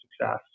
success